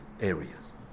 areas